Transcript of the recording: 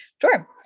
Sure